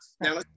Now